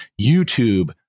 YouTube